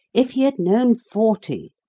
if he had known forty.